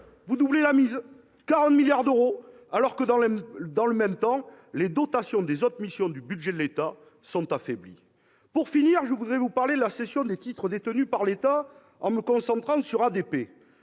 vous doublez la mise : 40 milliards d'euros, alors que, dans le même temps, les dotations des autres missions du budget de l'État sont affaiblies. Pour finir, je voudrais vous parler de la cession des titres détenus par l'État, en me concentrant sur ADP.